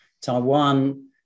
taiwan